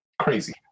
crazy